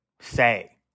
say